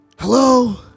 Hello